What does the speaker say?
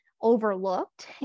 overlooked